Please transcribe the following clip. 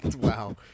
Wow